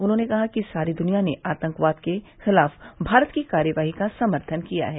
उन्होंने कहा कि सारी द्निया ने आतंकवाद के खिलाफ भारत की कार्रवाई का समर्थन किया है